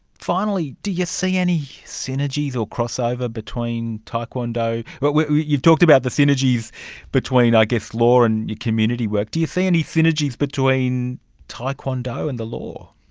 finally, do you see any synergies or crossover between taekwondo, but you talked about the synergies between i guess law and your community work, do you see any synergies between taekwondo and the law?